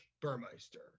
Burmeister